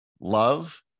love